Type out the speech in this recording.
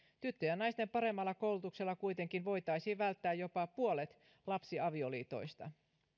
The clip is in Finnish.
tyttöjen ja naisten paremmalla koulutuksella kuitenkin voitaisiin välttää jopa puolet lapsiavioliitoista